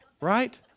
Right